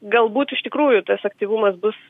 galbūt iš tikrųjų tas aktyvumas bus